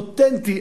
זה אותנטי,